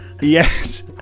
Yes